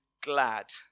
glad